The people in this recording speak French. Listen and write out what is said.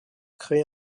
créer